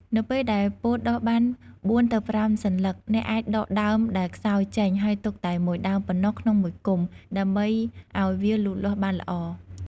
នៅពេលដែលពោតដុះបាន ៤ ទៅ ៥ សន្លឹក អ្នកអាចដកដើមដែលខ្សោយចេញ ហើយទុកតែមួយដើមប៉ុណ្ណោះក្នុងមួយគុម្ព ដើម្បីឱ្យវាលូតលាស់បានល្អ។